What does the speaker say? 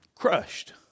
crushed